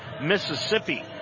Mississippi